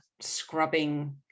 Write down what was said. scrubbing